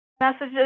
messages